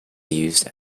used